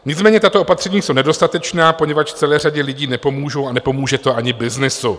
Nicméně tato opatření jsou nedostatečná, poněvadž celé řadě lidí nepomůžou a nepomůže to ani byznysu.